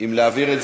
להעביר את